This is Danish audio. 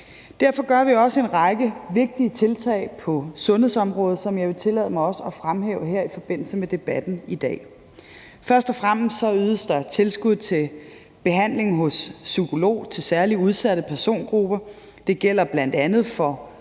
Derfor gør vi også en række vigtige tiltag på sundhedsområdet, som jeg vil tillade mig at fremhæve her i forbindelse med debatten i dag. Først og fremmest ydes der tilskud til behandling hos psykolog til særlig udsatte persongrupper. Det gælder bl.a.